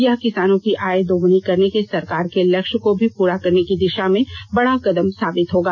यह किसानों की आय दोगुनी करने के सरकार के लक्ष्य को भी पूरा करने की दिषा में बड़ा कदम साबित होगा